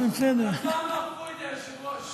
אבל אף פעם לא אכפו את זה, היושב-ראש.